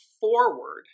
forward